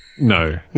no